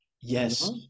Yes